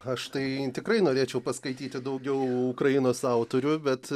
aš tai tikrai norėčiau paskaityti daugiau ukrainos autorių bet